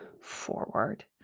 forward